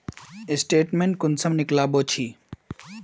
Statement कुंसम निकलाबो छी?